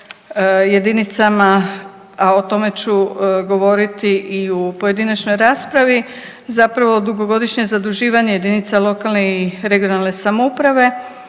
jedinicama, a o tome ću govoriti i u pojedinačnoj raspravi, zapravo dugogodišnje zaduživanje jedinica lokalne i regionalne samouprave